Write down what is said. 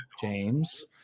James